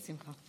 בשמחה.